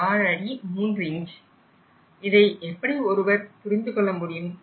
6 அடி 3 இன்ச் இதை எப்படி ஒருவர் புரிந்து கொள்ள முடியும்